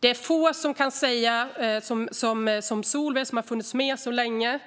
Det är få som har funnits med så länge som du, Solveig.